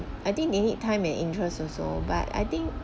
I think they need time and interest also but I think